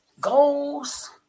goals